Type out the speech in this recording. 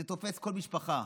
וזה תופס כל משפחה.